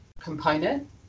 component